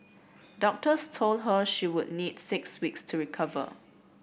doctors told her she would need six weeks to recover